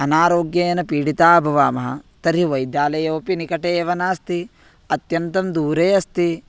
अनारोग्येन पीडिता भवामः तर्हि वैद्यालयोपि निकटे एव नास्ति अत्यन्तं दूरे अस्ति